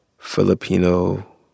Filipino